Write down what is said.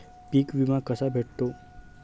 पीक विमा कसा भेटतो?